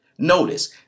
Notice